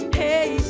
hey